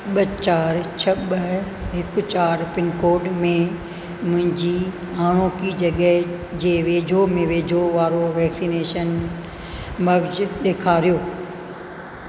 ॿ चारि छ ॿ हिकु चारि पिनकोड में मुंहिंजी हाणोकि जॻह जे वेझो में वेझो वारो वैक्सीनेशन मर्कज़ ॾेखारियो